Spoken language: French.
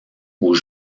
aux